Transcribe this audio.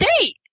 date